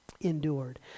endured